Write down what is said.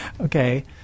Okay